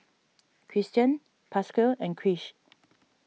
Kristian Pasquale and Krish